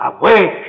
Awake